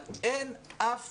אבל אין אף